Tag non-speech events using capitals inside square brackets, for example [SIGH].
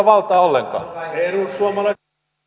[UNINTELLIGIBLE] valtaa ollenkaan